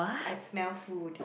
I smell food